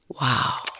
Wow